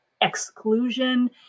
exclusion